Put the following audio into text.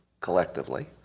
collectively